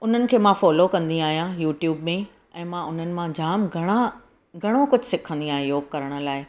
उन्हनि खे मां फॉलो कंदी आहियां यूट्यूब में ऐं मां उन्हनि मां जाम घणा घणो कुझु सिखंदी आहियां योॻु करण लाइ